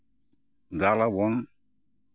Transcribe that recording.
ᱫᱟᱞ ᱟᱵᱚᱱ